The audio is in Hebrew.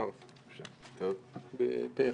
אושר פה אחד.